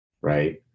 right